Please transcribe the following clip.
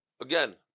Again